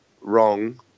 wrong –